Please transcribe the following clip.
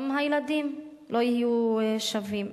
גם הילדים לא יהיו שווים.